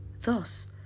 Thus